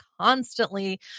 constantly